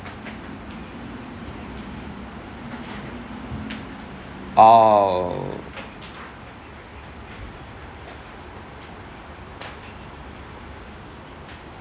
oh